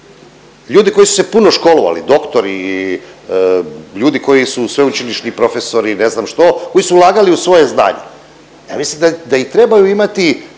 Ljudi koji su se puno školovali doktori, ljudi koji su sveučilišni profesori ili ne znam što koji su ulagali u svoje znanje, mislim da i trebaju imati